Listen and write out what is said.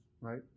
right